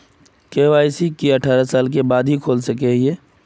KYC की अठारह साल के बाद ही खोल सके हिये?